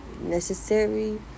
necessary